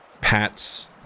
pats